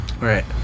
Right